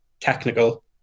Technical